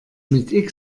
mit